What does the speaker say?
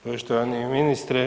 Poštovani ministre.